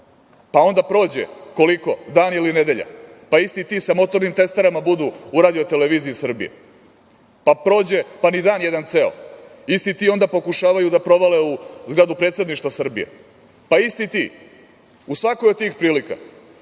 pa onda prođe koliko dan ili nedelja, pa isti ti sa motornim testerama budu u RTS-u. Pa, prođe ni dan jedan ceo, isti ti onda pokušavaju da provale u zgradu Predsedništva Srbije, pa isti ti u svakoj od tih prilika